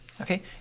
Okay